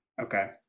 Okay